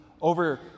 over